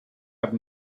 have